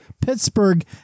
Pittsburgh